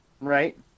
right